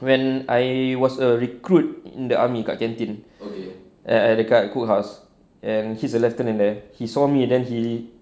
when I was a recruit in the army kat canteen and and dekat cookhouse and he's a lieutenant there he saw me then he